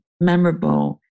memorable